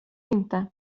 inte